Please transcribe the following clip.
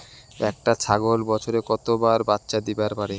একটা ছাগল বছরে কতবার বাচ্চা দিবার পারে?